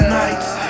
nights